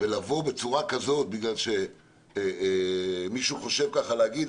ולבוא בצורה כזאת בגלל שמישהו חושב ככה להגיד,